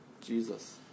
Jesus